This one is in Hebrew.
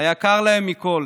ליקר להם מכול.